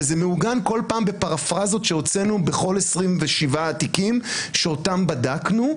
וזה מעוגן בכל פעם בפרפרזות שהוצאנו בכל 27 התיקים שאותם בדקנו,